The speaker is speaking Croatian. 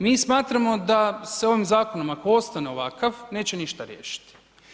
Mi smatramo da se ovim zakonom ako ostane ovakav neće ništa riješiti.